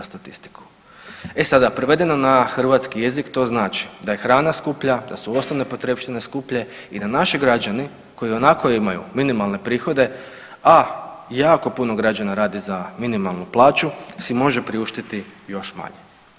E sada prevedeno na hrvatski jezik to znači da je hrana skuplja, da su osnovne potrepštine skuplje i da naši građani koji i onako imaju minimalne prihode, a jako puno građana radi za minimalnu plaću si može priuštiti još manje.